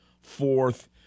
fourth